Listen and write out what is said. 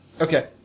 Okay